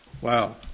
Wow